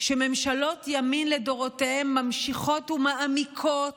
שממשלות ימין לדורותיהן ממשיכות ומעמיקות